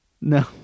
No